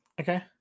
Okay